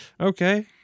Okay